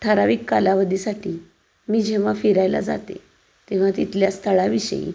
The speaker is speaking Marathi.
ठराविक कालावधीसाठी मी जेव्हा फिरायला जाते तेव्हा तिथल्या स्थळाविषयी